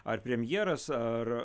ar premjeras ar